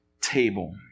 table